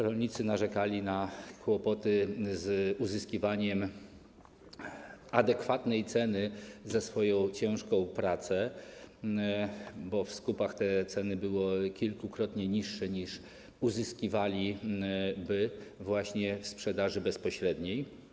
Rolnicy narzekali na kłopoty z uzyskiwaniem adekwatnych cen za swoją ciężką pracę, bo w skupach te ceny były kilkukrotnie niższe niż ceny, które uzyskiwaliby ze sprzedaży bezpośredniej.